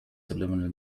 subliminal